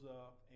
up